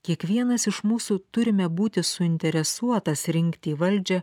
kiekvienas iš mūsų turime būti suinteresuotas rinkti į valdžią